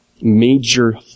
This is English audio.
major